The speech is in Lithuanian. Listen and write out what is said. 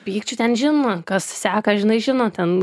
pykčių ten žinoma kas seka žinai žino ten